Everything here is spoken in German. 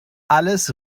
alles